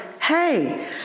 hey